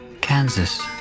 Kansas